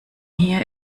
hier